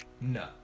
No